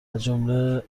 ازجمله